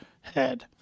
head